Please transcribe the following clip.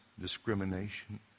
discrimination